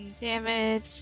Damage